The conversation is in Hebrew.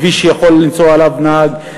כביש שיכול לנסוע עליו נהג,